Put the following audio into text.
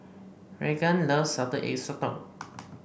Raegan loves Salted Egg Sotong